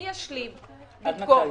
מי ישלים במקומה?